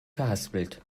verhaspelt